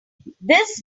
this